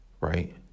right